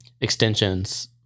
extensions